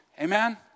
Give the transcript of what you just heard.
Amen